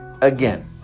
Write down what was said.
Again